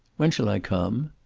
when shall i come?